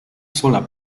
sola